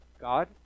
God